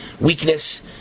weakness